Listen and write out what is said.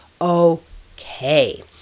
Okay